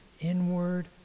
inward